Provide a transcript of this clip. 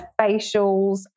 facials